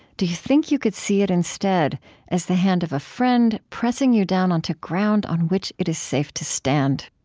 do you think you could see it instead as the hand of a friend pressing you down onto ground on which it is safe to stand?